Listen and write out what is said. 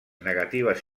negatives